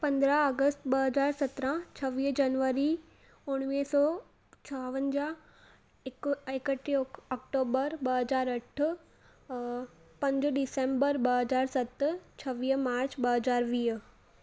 पंदरहां अगस्त ॿ हज़ार सतरहां छवीह जनवरी उणिवीह सौ छावंजाह एक एकटीह अक अक्टूबर ॿ हज़ार अठ पंज डिसंबर ॿ हज़ार सत छवीह मार्च ॿ हज़ार वीह